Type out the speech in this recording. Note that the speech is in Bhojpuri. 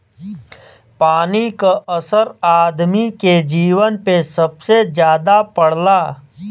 पानी क असर आदमी के जीवन पे सबसे जादा पड़ला